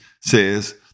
says